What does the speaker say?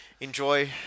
enjoy